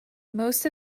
most